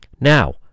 Now